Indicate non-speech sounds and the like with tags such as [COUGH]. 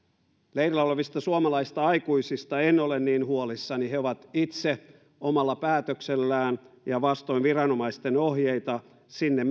leirillä olevista suomalaisista aikuisista en ole niin huolissani he ovat itse omalla päätöksellään ja vastoin viranomaisten ohjeita sinne [UNINTELLIGIBLE]